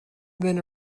been